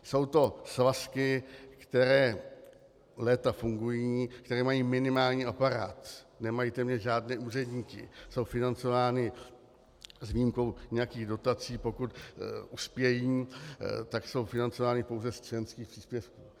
Jsou to svazky, které léta fungují, které mají minimální aparát, nemají téměř žádné úředníky, jsou financovány, s výjimkou nějakých dotací, pokud uspějí, tak jsou financovány pouze z členských příspěvků.